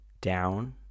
down